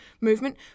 movement